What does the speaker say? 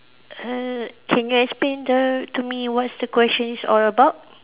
err can you explain the to me what's the question is all about